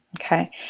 okay